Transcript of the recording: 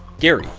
gary,